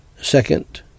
Second